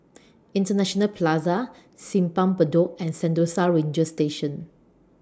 International Plaza Simpang Bedok and Sentosa Ranger Station